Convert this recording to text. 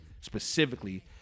specifically